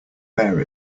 bear